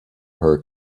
her